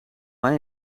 mij